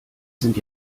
sind